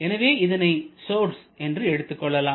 எனவே இதனை சோர்ஸ் என்று எடுத்துக்கொள்ளலாம்